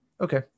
Okay